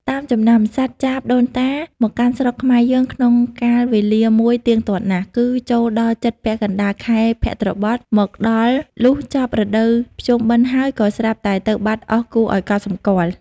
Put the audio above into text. តាមចំណាំ សត្វចាបដូនតាមកកាន់ស្រុកខ្មែរយើងក្នុងកាលវេលាមួយទៀងទាត់ណាស់ គឺចូលដល់ជិតពាក់កណ្ដាលខែភទ្របទមកដល់ លុះចប់រដូវភ្ជុំបិណ្ឌហើយក៏ស្រាប់តែទៅបាត់អស់គួរឱ្យកត់សម្គាល់។